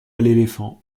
l’éléphant